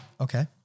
Okay